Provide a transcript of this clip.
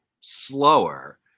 slower